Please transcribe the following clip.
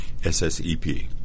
SSEP